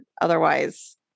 Otherwise-